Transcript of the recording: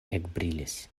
ekbrilis